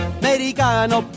americano